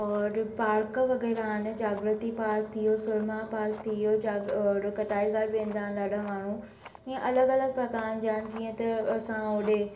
और पार्क वग़ैरह आहिनि जाग्रति पार्क थियो सुरमा पार्क थियो रो कटाई घाट वेंदा आहिनि ॾाढा माण्हू इअं अलॻि अलॻि प्रकारनि जा जीअं त ओॾे